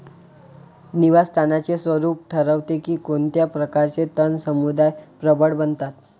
निवास स्थानाचे स्वरूप ठरवते की कोणत्या प्रकारचे तण समुदाय प्रबळ बनतात